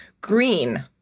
green